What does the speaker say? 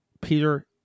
Peter